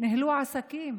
ניהלו עסקים.